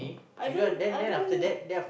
I don't I don't